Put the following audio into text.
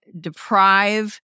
deprive